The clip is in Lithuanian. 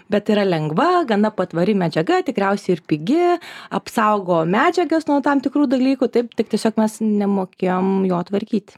bet yra lengva gana patvari medžiaga tikriausiai ir pigi apsaugo medžiagas nuo tam tikrų dalykų taip tik tiesiog mes nemokėjom jo tvarkyti